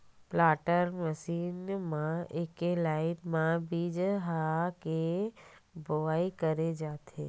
planter machine म एके line म बीजहा के बोवई करे जाथे